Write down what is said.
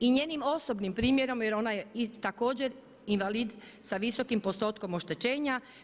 I njenim osobnim primjerom jer ona je također invalid sa visokim postotkom oštećenja.